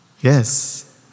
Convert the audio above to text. Yes